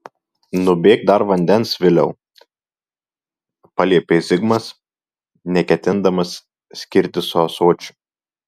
nubėk dar vandens viliau paliepė zigmas neketindamas skirtis su ąsočiu